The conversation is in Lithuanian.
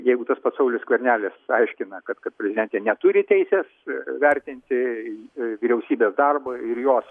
jeigu tas pats saulius skvernelis aiškina kad kad prezidentė neturi teisės vertinti vyriausybės darbo ir jos